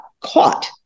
caught